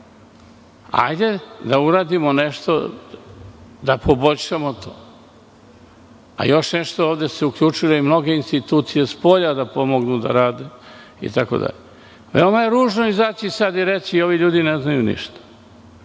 Hajde da uradimo nešto da to poboljšamo. Ovde se uključuju i mnoge institucije spolja da pomognu da rade, itd. Veoma je ružno izaći i reći – ovi ljudi ne znaju ništa.